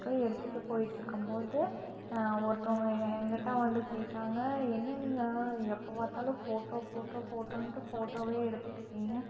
அப்புறம் எடுத்துட்டு போயிட்டு இருக்கும்போது ஒருத்தங்க எங்ககிட்ட வந்து கேட்டாங்க என்ன நீங்கள் எப்போ பார்த்தாலும் ஃபோட்டோ ஃபோட்டோ ஃபோட்டோனுட்டு ஃபோட்டோவே எடுத்துகிட்டுருக்கீங்க